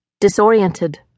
disoriented